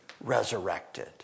resurrected